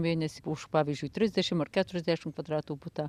mėnesį už pavyzdžiui trisdešim ar keturiasdešim kvadratų butą